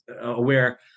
aware